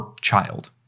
child